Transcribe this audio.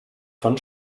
von